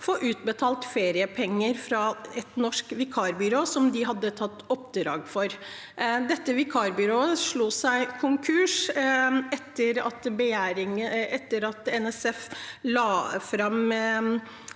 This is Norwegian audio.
få utbetalt feriepenger fra dette norske vikarbyrået som de hadde tatt oppdrag for. Dette vikarbyrået slo seg altså konkurs etter at NSF la fram